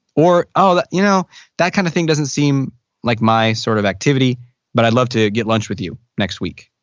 or oh, you know that kind of thing doesn't seem like my sort of activity but i'd love to get lunch with you next week.